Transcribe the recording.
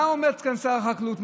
מה אומר שר החקלאות?